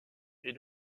est